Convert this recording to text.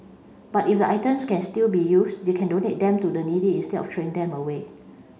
but if the items can still be used they can donate them to the needy instead of throwing them away